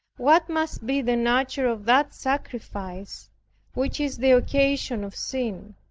what must be the nature of that sacrifice which is the occasion of sin!